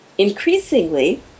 Increasingly